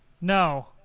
No